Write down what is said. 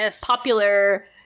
popular